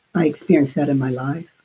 i experienced that in my life